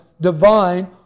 divine